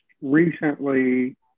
recently